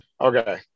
Okay